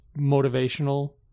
motivational